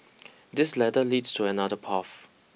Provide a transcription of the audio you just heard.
this ladder leads to another path